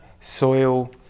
soil